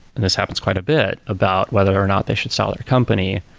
and this happens quite a bit, about whether or not they should sell their company,